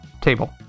table